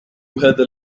هذا